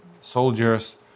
soldiers